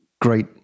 great